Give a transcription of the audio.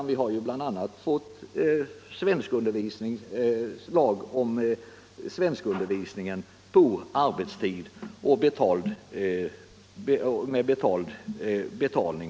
Vi har bl.a. fått svenskundervisning för invandrare = minoritetspolitiken, på betald arbetstid.